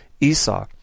Esau